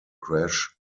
crash